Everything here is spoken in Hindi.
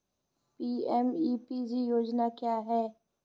पी.एम.ई.पी.जी योजना क्या है?